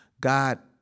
God